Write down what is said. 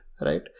right